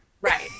right